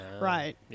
right